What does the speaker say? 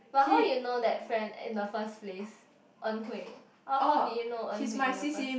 but how you know that friend in the first place En-Hui how did you know En-Hui in the first